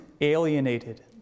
alienated